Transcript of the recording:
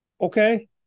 Okay